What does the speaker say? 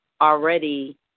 already